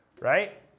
right